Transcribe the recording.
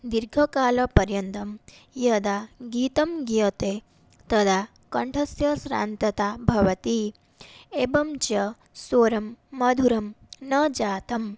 दीर्घकालपर्यन्तं यदा गीतं गीयते तदा कण्ठस्य श्रान्तता भवति एवं च स्वरः मधुरः न जातः